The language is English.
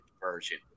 version